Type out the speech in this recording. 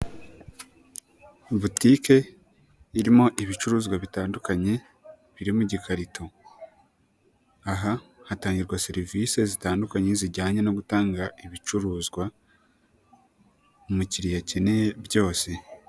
Butiki irimo ibicuruzwa bitandukanye birimo igikarito. Aha hatangirwa serivisi zitandukanye zijyanye no gutanga ibicuruzwa umukiriya akeneye byose.